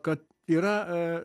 kad yra